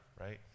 right